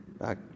Back